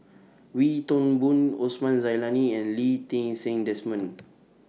Wee Toon Boon Osman Zailani and Lee Ti Seng Desmond